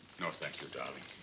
no thank you, darling.